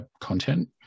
content